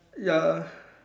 ya